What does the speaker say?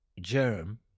germ